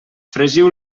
fregiu